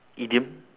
idiom